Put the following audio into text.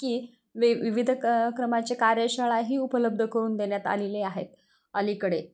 की वे विविध क क्रमाचे कार्यशाळाही उपलब्ध करून देण्यात आलेली आहेत अलीकडे